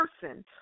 person